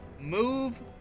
move